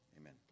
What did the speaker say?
amen